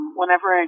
whenever